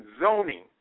zoning